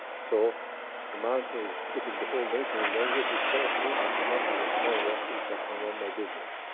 so man who is putting the whole nation in danger, he tells me i cannot have a small reactor, which i can run my business?